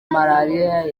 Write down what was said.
malariya